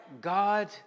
God